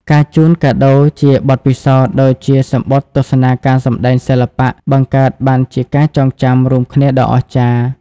ការជូនកាដូជាបទពិសោធន៍ ដូចជាសំបុត្រទស្សនាការសម្ដែងសិល្បៈ បង្កើតបានជាការចងចាំរួមគ្នាដ៏អស្ចារ្យ។